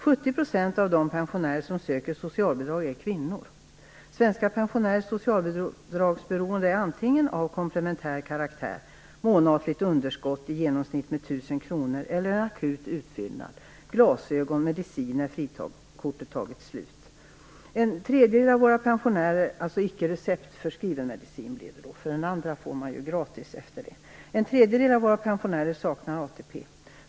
70 % Svenska pensionärers socialbidragsberoende är antingen av komplementär karaktär, såsom ett månatligt underskott på i genomsnitt 1 000 kr, eller i form av akut utfyllnad då pengar behövs till glasögon eller till mediciner då frikortet har tagit slut - dvs. det gäller då icke receptförskriven medicin; medicin på recept får man ju i sådana fall gratis. En tredjedel av våra pensionärer saknar ATP.